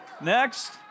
Next